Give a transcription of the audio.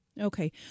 Okay